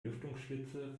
lüftungsschlitze